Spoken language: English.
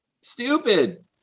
Stupid